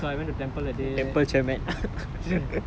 so that time I went to I always go temple right